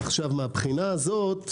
מהבחינה הזו,